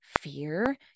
fear